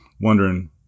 wondering